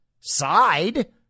side